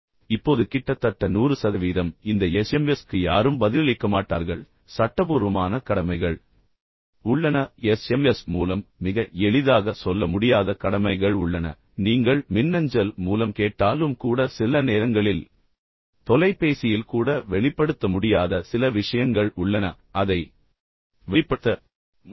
இப்போது கிட்டத்தட்ட 100 சதவீதம் இந்த எஸ்எம்எஸ் க்கு யாரும் பதிலளிக்க மாட்டார்கள் சட்டபூர்வமான கடமைகள் உள்ளன எஸ்எம்எஸ் மூலம் மிக எளிதாக சொல்ல முடியாத கடமைகள் உள்ளன நீங்கள் மின்னஞ்சல் மூலம் கேட்டாலும் கூட சில நேரங்களில் தொலைபேசியில் கூட வெளிப்படுத்த முடியாத சில விஷயங்கள் உள்ளன அதை வெளிப்படுத்த முடியாது